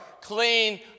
clean